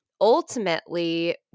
ultimately